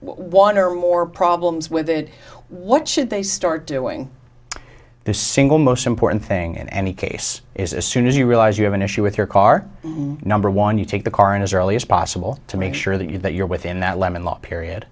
one or more problems with what should they start doing the single most important thing in any case is as soon as you realize you have an issue with your car number one you take the car in as early as possible to make sure that you that you're within that lemon law period